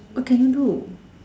what can you do